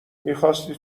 میخاستی